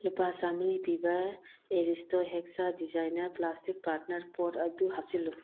ꯂꯨꯄꯥ ꯆꯥꯝꯔꯤ ꯄꯤꯕ ꯑꯦꯔꯤꯁꯇꯣ ꯍꯦꯛꯁꯥ ꯗꯤꯖꯥꯏꯟꯅꯔ ꯄ꯭ꯂꯥꯁꯇꯤꯛ ꯄꯥꯠꯅꯔ ꯄꯣꯠ ꯑꯗꯨ ꯍꯥꯞꯆꯤꯜꯂꯨ